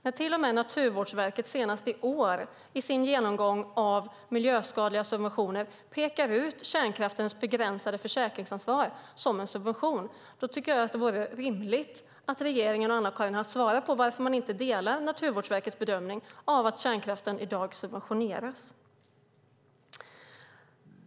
När Naturvårdsverket i år i sin genomgång av miljöskadliga subventioner till och med pekar ut kärnkraftens begränsade försäkringsansvar som en subvention tycker jag att det vore rimligt att regeringen och Anna-Karin Hatt svarar på varför man inte delar Naturvårdsverkets bedömning att kärnkraften i dag subventioneras.